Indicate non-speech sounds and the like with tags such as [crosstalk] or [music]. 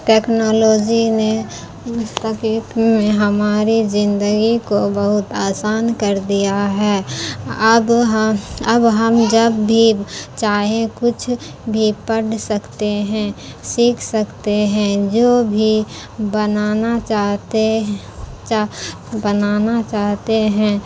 technology نے [unintelligible] میں ہماری زندگی کو بہت آسان کر دیا ہے اب اب ہم جب بھی چاہے کچھ بھی پڑھ سکتے ہیں سیکھ سکتے ہیں جو بھی بنانا چاہتے بنانا چاہتے ہیں